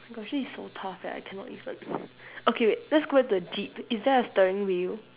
oh my gosh this is so tough eh I cannot even okay wait let's go back to the jeep is there a steering wheel